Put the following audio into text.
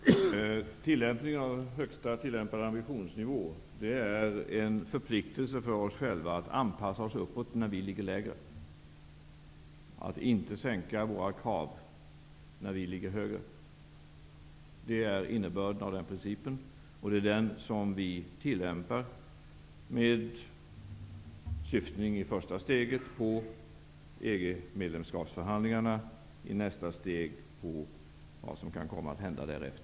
Herr talman! Tillämpningen av ''högsta tillämpade ambitionsnivå'' är en förpliktelse för oss själva att anpassa oss uppåt när vi ligger lägre och att inte sänka våra krav när vi ligger högre. Det är innebörden av den principen. Det är den som vi tillämpar med syftning i första steget på EG medlemskapsförhandlingarna, i nästa steg på det som kan komma att hända därefter.